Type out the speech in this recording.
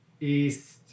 East